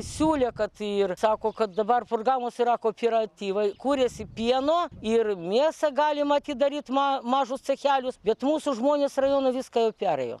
siūlė kad ir sako kad dabar forgamos yra kooperatyvai kuriasi pieno ir mėsą galima atidaryt ma mažus cechelius bet mūsų žmonės rajono viską jau perėjo